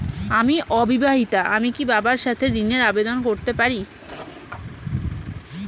আমি অবিবাহিতা আমি কি বাবার সাথে ঋণের আবেদন করতে পারি?